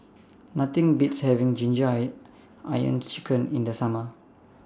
Nothing Beats having Ginger Onions Chicken in The Summer